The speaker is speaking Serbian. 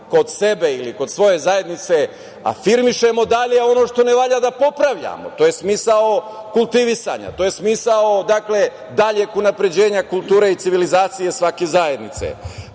kod sebe ili kod svoje zajednice, afirmišemo dalje, a ono što ne valja da popravljamo. To je smisao kultivisanja, to je smisao daljeg unapređenja kulture i civilizacije svake zajednice. Dakle,